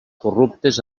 corruptes